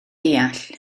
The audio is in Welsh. deall